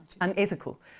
unethical